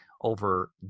over